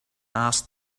asked